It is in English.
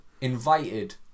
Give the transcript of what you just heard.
invited